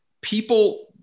people